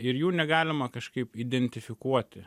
ir jų negalima kažkaip identifikuoti